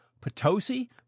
Potosi